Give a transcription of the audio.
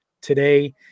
today